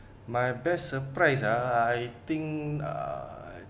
my best surprise ah I think uh